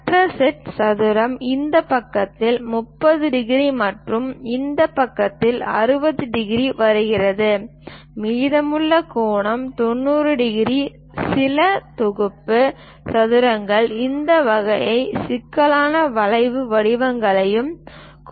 மற்ற செட் சதுரம் இந்த பக்கத்தில் 30 டிகிரி மற்றும் இந்த பக்கத்தில் 60 டிகிரி வருகிறது மீதமுள்ள கோணம் 90 டிகிரி சில தொகுப்பு சதுரங்கள் இந்த வகையான சிக்கலான வளைவு வடிவங்களையும் கொண்டிருக்கின்றன